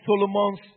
Solomon's